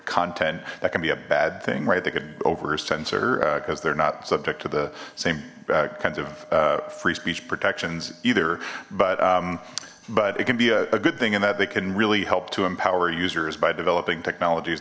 content that can be a bad thing right they could over a sensor because they're not subject to the same kinds of free speech protections either but but it can be a good thing in that they can really help to empower users by developing technologies